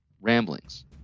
Ramblings